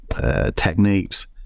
techniques